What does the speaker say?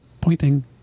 Pointing